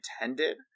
intended